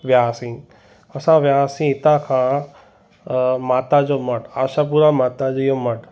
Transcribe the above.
वियासीं असां वियासीं हितां खां माता जो मण आशापूरा माताजीअ जो मण